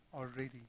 already